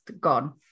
gone